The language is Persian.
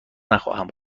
نخواهم